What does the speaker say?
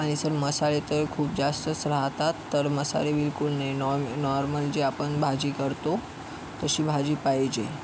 आणि सर मसाले तर खूप जास्तच राहतात तर मसाले बिलकुल नाही नॉम नॉर्मल जे आपण भाजी करतो तशी भाजी पाहिजे